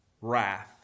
wrath